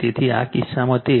તેથી આ કિસ્સામાં તે 2